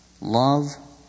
love